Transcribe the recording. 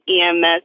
EMS